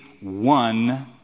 one